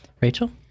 Rachel